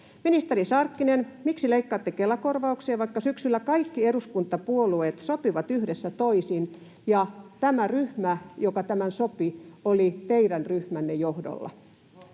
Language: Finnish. Ministeri Sarkkinen, miksi leikkaatte Kela-korvauksia, vaikka syksyllä kaikki eduskuntapuolueet sopivat yhdessä toisin ja tämä ryhmä, joka tämän sopi, toimi teidän ryhmänne johdolla?